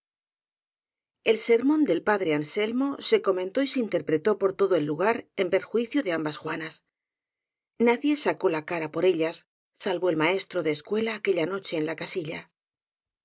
el sermón del padre anselmo se comentó y se interpretó por todo el lugar en perjuicio de ambas juanas nadie sacó la cara por ellas salvo el maes tro de escuela aquella noche en la casilla